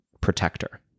protector